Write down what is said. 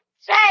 Say